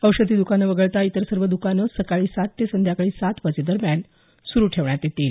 औषधी दुकानं वगळता इतर सर्व दुकानं सकाळी सात ते संध्याकाळी सात वाजेदरम्यान सुरू ठेवण्यात येतील